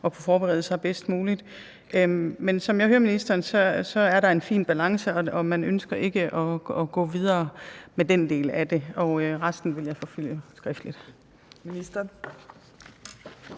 kunne forberede sig bedst muligt. Men som jeg hører ministeren, er der en fin balance, og man ønsker ikke at gå videre med den del af det, og resten vil jeg forfølge skriftligt. Kl.